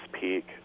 peak